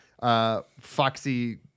Foxy